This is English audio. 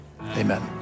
amen